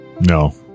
No